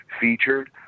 featured